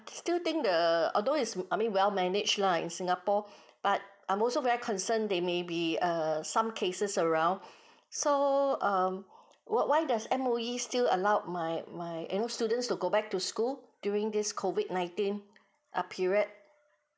still think the although is I mean well manage lah in singapore but I'm also very concern they may be err some cases around so um what why that M_O_E still allowed my my you know students to go back to school during this COVID nineteen err period